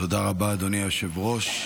תודה רבה, אדוני היושב-ראש.